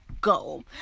go